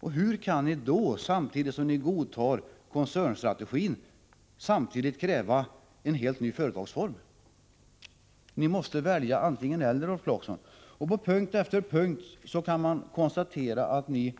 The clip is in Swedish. Hur kan ni då — samtidigt som ni godtar koncernstrategin — kräva en helt ny företagsform? Ni måste välja antingen/eller, Rolf Clarkson. På punkt efter punkt kan man konstatera att ni